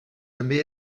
també